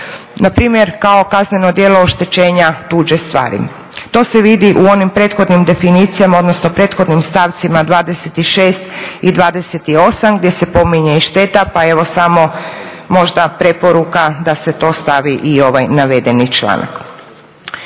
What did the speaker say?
Npr. kao kazneno djelo oštećenja tuđe stvari. To se vidi u onim prethodnim definicijama, odnosno prethodnim stavcima 26. i 28. gdje se spominje i šteta, pa evo samo možda preporuka da se to stavi i u ovaj navedeni članak.